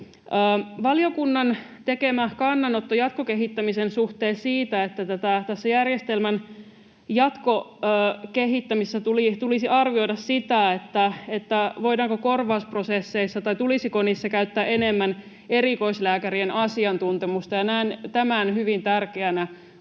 Valiokunta teki kannanoton jatkokehittämisen suhteen siitä, että tässä järjestelmän jatkokehittämisessä tulisi arvioida sitä, tulisiko korvausprosesseissa käyttää enemmän erikoislääkärien asiantuntemusta, ja näen tämän hyvin tärkeänä